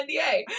nda